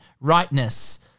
rightness